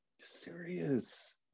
serious